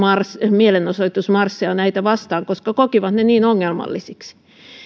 mielenosoitusmarsseja näitä vastaan koska kokivat ne niin ongelmallisiksi